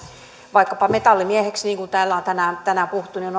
vaikkapa metallimieheksi niin kuin täällä on tänään tänään puhuttu on